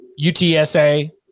UTSA